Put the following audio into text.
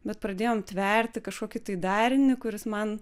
bet pradėjom tverti kažkokį darinį kuris man